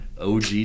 OG